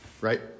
Right